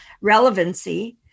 relevancy